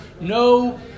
no